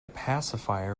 pacifier